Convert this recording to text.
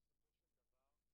בסופו של דבר,